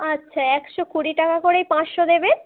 আচ্ছা একশো কুড়ি টাকা করেই পাঁচশো দেবে